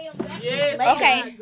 Okay